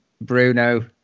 Bruno